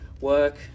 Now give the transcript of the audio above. work